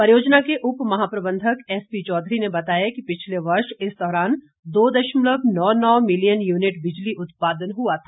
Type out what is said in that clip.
परियोजना के उप महाप्रबंधक एसपी चौधरी ने बताया कि पिछले वर्ष इस दौरान दो दशमलव नौ नौ मीलियन यूनिट बिजली उत्पादन हुआ था